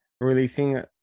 releasing